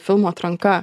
filmų atranka